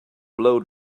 blow